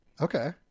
okay